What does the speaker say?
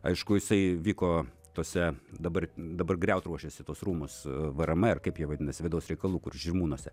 aišku jisai vyko tose dabar dabar griauti ruošiasi tuos rūmus vrm ar kaip jie vadinasi vidaus reikalų kur žirmūnuose